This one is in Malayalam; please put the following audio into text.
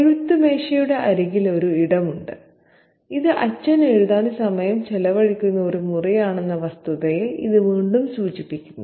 എഴുത്ത് മേശയുടെ അരികിൽ ഒരു ഇടം ഉണ്ട് ഇത് അച്ഛൻ എഴുതാൻ സമയം ചെലവഴിക്കുന്ന ഒരു മുറിയാണെന്ന വസ്തുതയെ ഇത് വീണ്ടും സൂചിപ്പിക്കുന്നു